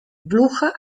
bruja